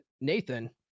nathan